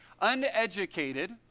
uneducated